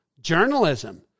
journalism